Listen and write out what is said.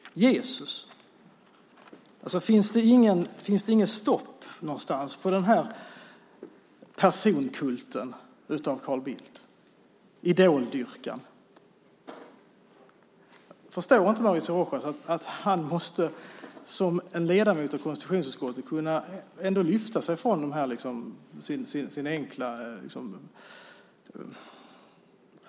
Jesus? Finns det inget stopp någonstans på personkulten av Carl Bildt, på denna idoldyrkan? Förstår inte Mauricio Rojas att han som ledamot av konstitutionsutskottet måste kunna lyfta sig från sina enkla argument?